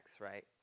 right